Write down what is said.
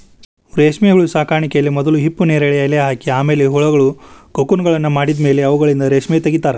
ರೇಷ್ಮೆಹುಳು ಸಾಕಾಣಿಕೆಯಲ್ಲಿ ಮೊದಲು ಹಿಪ್ಪುನೇರಲ ಎಲೆ ಹಾಕಿ ಆಮೇಲೆ ಹುಳಗಳು ಕೋಕುನ್ಗಳನ್ನ ಮಾಡಿದ್ಮೇಲೆ ಅವುಗಳಿಂದ ರೇಷ್ಮೆ ತಗಿತಾರ